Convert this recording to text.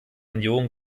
union